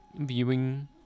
viewing